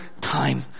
time